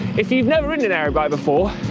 if you've never ridden an aero bike before,